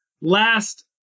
last